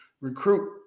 recruit